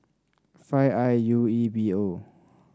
five I U E B O